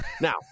Now